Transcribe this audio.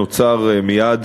נוצר מייד